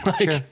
Sure